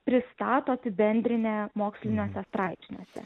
pristato apibendrinę moksliniuose straipsniuose